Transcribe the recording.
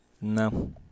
No